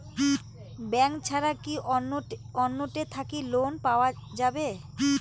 Bank ছাড়া কি অন্য টে থাকি ঋণ পাওয়া যাবে?